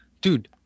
Dude